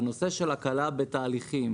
והנושא של הקלה בתהליכים